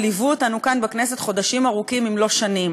כי מגיע לו שיגנו עליו בנושא הזה הספציפי.